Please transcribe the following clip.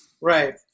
Right